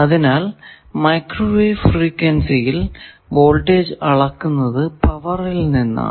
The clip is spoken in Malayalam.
അതിനാൽ മൈക്രോവേവ് ഫ്രീക്വൻസിയിൽ വോൾടേജ് അളക്കുന്നത് പവറിൽ നിന്നാണ്